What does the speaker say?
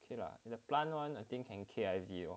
okay lah the plant [one] I think can K_I_V lor